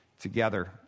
together